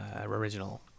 original